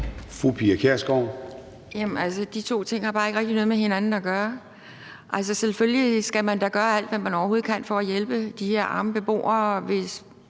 Pia Kjærsgaard (DF): Jamen de to ting har bare ikke rigtig noget med hinanden at gøre. Altså, selvfølgelig skal man da gøre alt, hvad man overhovedet kan, for at hjælpe de her arme beboere, hvis